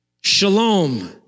Shalom